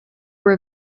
were